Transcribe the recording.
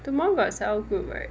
tomorrow got cell group right